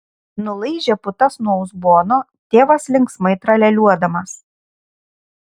nulaižė putas nuo uzbono tėvas linksmai tralialiuodamas